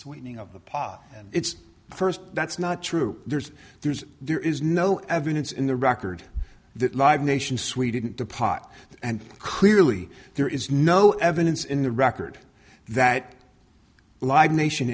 swinging of the pot and it's first that's not true there's there's there is no evidence in the record that live nation sweden to pot and clearly there is no evidence in the record that live nation